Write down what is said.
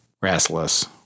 restless